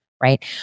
Right